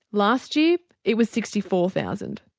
last year it was sixty four thousand.